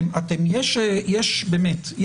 באמת.